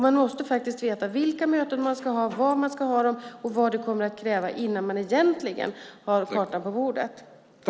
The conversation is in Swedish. Man måste faktiskt veta vilka möten man ska ha, var man ska ha dem och vad de kommer att kräva innan man egentligen har kartan på bordet.